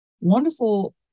wonderful